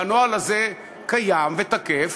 והנוהל הזה קיים ותקף.